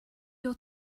your